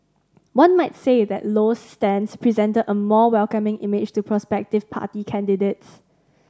one might say that Low's stance presented a more welcoming image to prospective party candidates